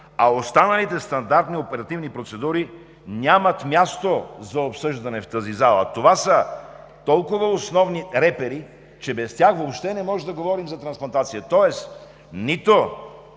а останалите стандартни оперативни процедури нямат място за обсъждане в тази зала. Това са толкова основни репери, че без тях въобще не можем да говорим за трансплантация. В това